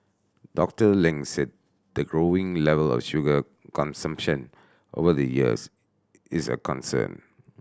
Doctor Ling said the growing level of sugar consumption over the years is a concern